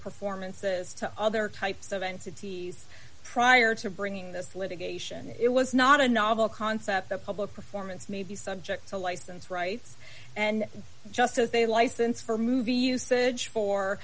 performances to other types of entities prior to bringing this litigation it was not a novel concept that public performance may be subject to license rights and just as they license for movie usage for